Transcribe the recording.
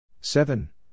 Seven